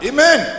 Amen